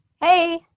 Hey